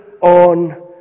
on